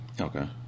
Okay